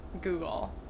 Google